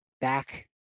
back